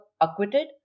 acquitted